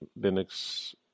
Linux